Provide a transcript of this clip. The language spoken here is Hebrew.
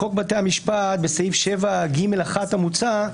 בחוק בתי המשפט, בסעיף 7ג(1) המוצע,